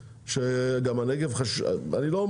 אני לא אומר שהנגב לא חשוב,